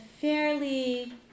fairly